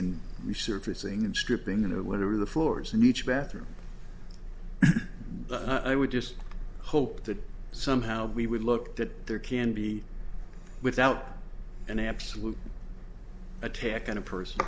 and resurfacing and stripping and whatever the floors in each bathroom i would just hope that somehow we would look that there can be without an absolute attack on a person